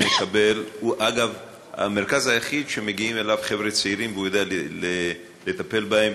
הוא אגב המרכז היחיד שמגיעים אליו חבר'ה צעירים והוא יודע לטפל בהם.